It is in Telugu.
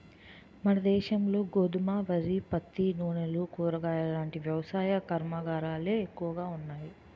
మనదేశంలో గోధుమ, వరి, పత్తి, నూనెలు, కూరగాయలాంటి వ్యవసాయ కర్మాగారాలే ఎక్కువగా ఉన్నాయి